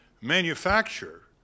manufacture